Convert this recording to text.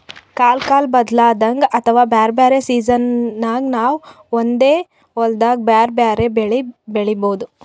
ಕಲ್ಕಾಲ್ ಬದ್ಲಾದಂಗ್ ಅಥವಾ ಬ್ಯಾರೆ ಬ್ಯಾರೆ ಸಿಜನ್ದಾಗ್ ನಾವ್ ಒಂದೇ ಹೊಲ್ದಾಗ್ ಬ್ಯಾರೆ ಬ್ಯಾರೆ ಬೆಳಿ ಬೆಳಿಬಹುದ್